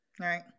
Right